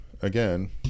again